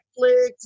Netflix